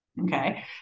Okay